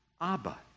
Abba